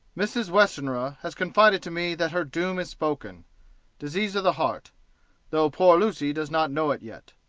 mrs. westenra has confided to me that her doom is spoken disease of the heart though poor lucy does not know it yet.